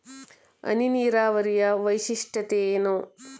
ಹನಿ ನೀರಾವರಿಯ ವೈಶಿಷ್ಟ್ಯತೆ ಏನು?